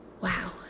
Wow